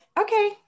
Okay